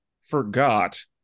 forgot